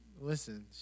listen